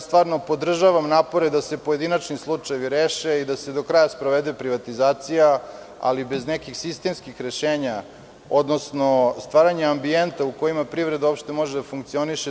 Stvarno podržavam napore da se pojedinačni slučajevi reše i da se do kraja sprovede privatizacija, ali bez nekih sistemskih rešenja, odnosno stvaranja ambijenta u kojem privreda uopšte može da funkcioniše.